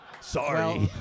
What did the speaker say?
Sorry